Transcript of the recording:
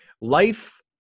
Life